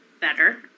better